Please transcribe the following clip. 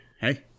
Hey